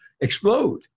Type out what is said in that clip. explode